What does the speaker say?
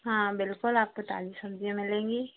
हाँ बिल्कुल आपको ताज़ी सब्ज़ियाँ मिलेंगी